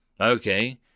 Okay